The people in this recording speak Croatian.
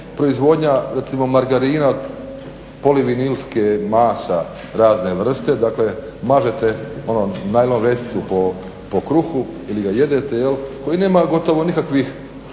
proizvodnja recimo margarina od polivinilskih masa razne vrste, dakle mažete ono najlon vrećicu po kruhu ili ga jedete, koji nema gotovo nikakvih